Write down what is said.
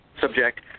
subject